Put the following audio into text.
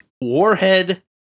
Warhead